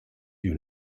you